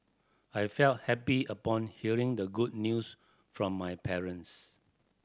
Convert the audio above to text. I felt happy upon hearing the good news from my parents